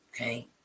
okay